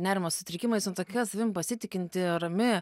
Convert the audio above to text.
nerimo sutrikimais nu tokia savim pasitikinti rami